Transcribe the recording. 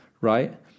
right